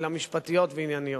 אלא משפטיות וענייניות.